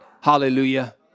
Hallelujah